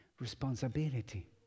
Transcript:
responsibility